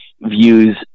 views